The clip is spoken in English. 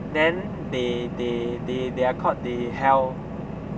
then they they they they are called they hell